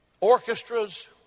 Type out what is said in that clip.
orchestras